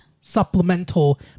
Supplemental